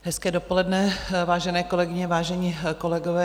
Hezké dopoledne, vážené kolegyně, vážení kolegové.